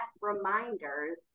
reminders